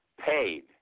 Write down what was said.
paid